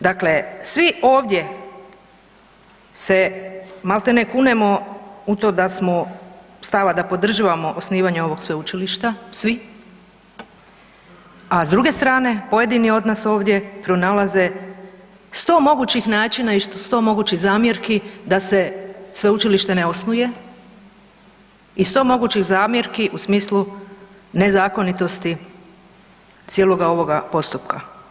Dakle, svi ovdje se maltene kunemo u to da smo stava da podržavamo osnivanje ovog sveučilišta, svi, a s druge strane pojedini od nas ovdje pronalaze 100 mogućih načina i 100 mogućih zamjerki da se sveučilište ne osnuje i 100 mogućih zamjerki u smislu nezakonitosti cijeloga ovoga postupka.